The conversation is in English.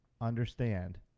understand